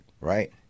Right